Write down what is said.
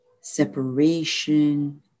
separation